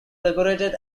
decorated